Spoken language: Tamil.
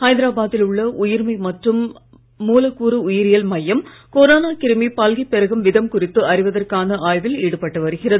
ஹைதரபாத்தில் உள்ள உயிர்ம மற்றும் மூலக்கூறு உயிரியல் கொரோனா கிருமி பல்கிப் பெருகும் விதம் மையம் குறித்து அறிவதற்கான ஆய்வில் ஈடுபட்டு வருகிறது